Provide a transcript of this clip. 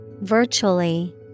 Virtually